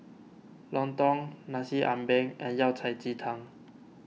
Lontong Nasi Ambeng and Yao Cai Ji Tang